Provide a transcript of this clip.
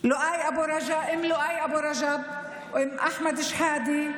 אום אחמד שחאדה,